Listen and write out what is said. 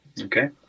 Okay